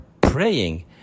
praying